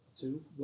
Two